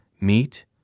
meat